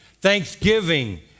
thanksgiving